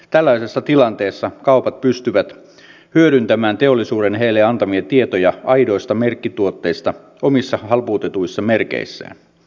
tällaisessa tilanteessa kaupat pystyvät hyödyntämään teollisuuden heille antamia tietoja aidoista merkkituotteista omissa halpuutetuissa merkeissään